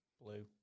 blue